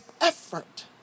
effort